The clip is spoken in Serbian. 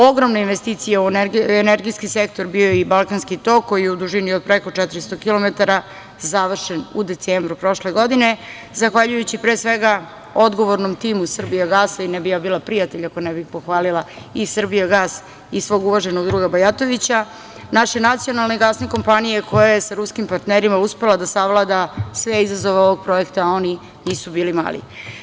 Ogromna investicija u energetski sektor bio je i „Balkanski tok“, koji je u dužini od preko 400 kilometara završen u decembru prošle godine, zahvaljujući pre svega odgovornom timu „Srbijagasa“, i ne bih ja bila prijatelj ako ne bih pohvalila i „Srbijagas“ i svog uvaženog druga Bajatovića, naše nacionalne gasne kompanije, koja je sa ruskim partnerima uspela da savlada sve izazove ovog projekta, a oni nisu bili mali.